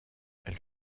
elle